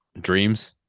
dreams